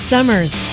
Summers